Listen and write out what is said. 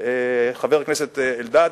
חבר הכנסת אלדד,